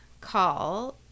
call